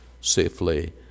safely